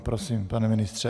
Prosím, pane ministře.